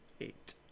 eight